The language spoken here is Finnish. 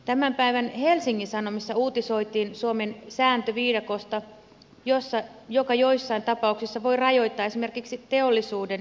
tämän päivän helsingin sanomissa uutisoitiin suomen sääntöviidakosta joka joissain tapauksissa voi rajoittaa esimerkiksi teollisuuden yritysten investointeja